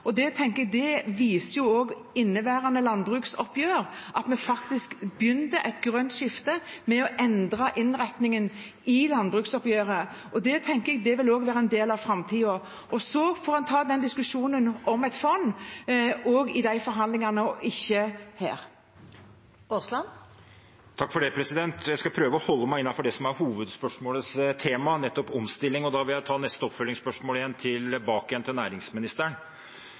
viser også at vi begynner det grønne skiftet ved å endre innretningen på landbruksoppgjøret. Det vil også være en del av framtiden. En får også ta diskusjonen om et fond i de forhandlingene – ikke her. Terje Aasland – til oppfølgingsspørsmål. Jeg skal prøve å holde meg innenfor det som er hovedspørsmålets tema – nettopp omstilling. Da vil jeg stille neste oppfølgingsspørsmål til næringsministeren, for i trontalen hørte vi at regjeringen ville gjøre Norge til et laboratorium for blå næringer og grønn ferdsel til